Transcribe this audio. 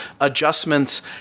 adjustments